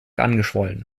angeschwollen